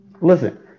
Listen